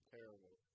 Terrible